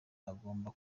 agomba